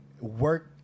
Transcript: work